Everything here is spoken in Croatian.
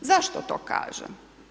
Zašto to kažem?